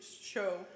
show